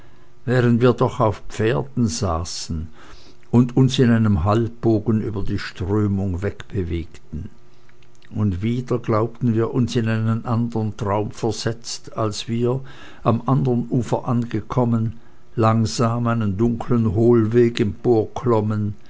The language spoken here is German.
während wir doch auf pferden saßen und uns in einem halbbogen über die strömung weg bewegten und wieder glaubten wir uns in einen andern traum versetzt als wir am andern ufer angekommen langsam einen dunklen hohlweg